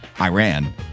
Iran